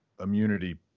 immunity